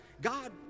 God